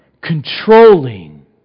controlling